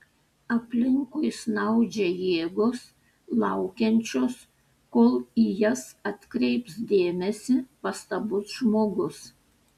aplinkui snaudžia jėgos laukiančios kol į jas atkreips dėmesį pastabus žmogus